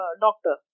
doctor